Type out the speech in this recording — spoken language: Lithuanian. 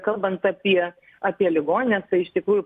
kalbant apie apie ligonines tai iš tikrųjų